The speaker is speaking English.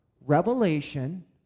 revelation